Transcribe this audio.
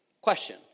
question